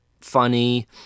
funny